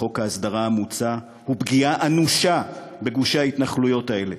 חוק ההסדרה המוצע הוא פגיעה אנושה בגושי ההתנחלויות האלה.